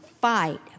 fight